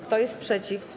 Kto jest przeciw?